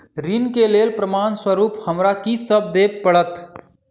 ऋण केँ लेल प्रमाण स्वरूप हमरा की सब देब पड़तय?